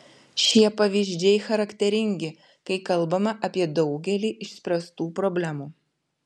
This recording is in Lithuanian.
šie pavyzdžiai charakteringi kai kalbama apie daugelį išspręstų problemų